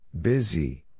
Busy